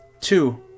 Two